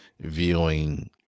viewing